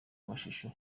amashusho